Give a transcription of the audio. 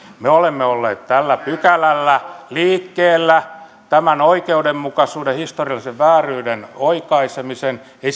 me olemme olleet tällä pykälällä liikkeellä tämän oikeudenmukaisuuden historiallisen vääryyden oikaisemisen takia ei